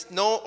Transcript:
no